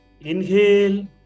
Inhale